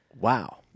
Wow